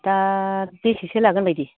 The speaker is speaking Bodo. दा बेसेसो लागोन बायदि